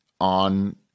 on